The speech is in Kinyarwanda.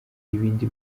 ibindi